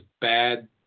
bad